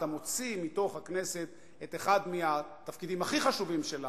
אתה מוציא מתוך הכנסת את אחד מהתפקידים הכי חשובים שלה,